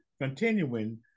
continuing